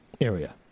area